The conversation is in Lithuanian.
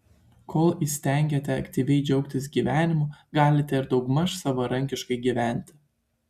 kol įstengiate aktyviai džiaugtis gyvenimu galite ir daugmaž savarankiškai gyventi